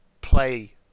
play